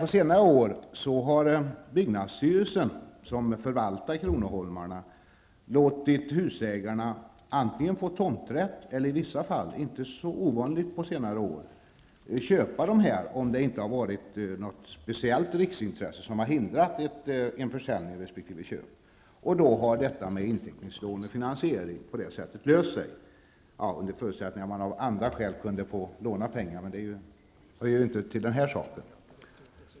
På senare år har emellertid byggnadsstyrelsen, som förvaltar kronoholmarna, låtit husägarna antingen få tomträtt eller i vissa, på senare tid inte så ovanliga, fall få köpa marken, om inte något speciellt riksintresse hindrat en försäljning. På det sättet har frågan om inteckningslån kunnat lösas.